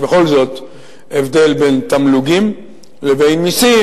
יש בכל זאת הבדל בין תמלוגים לבין מסים,